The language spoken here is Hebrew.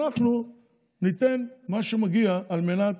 אנחנו ניתן מה שמגיע על מנת